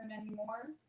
anymore